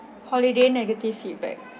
holiday negative feedback